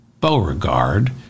Beauregard